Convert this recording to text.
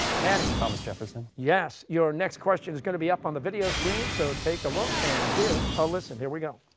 manny. thomas jefferson? costa yes. your next question is going to be up on the video screen, so take a look and give a listen, here we go.